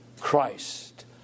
Christ